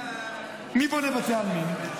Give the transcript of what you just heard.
מי בונה בתי עלמין?